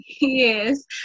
Yes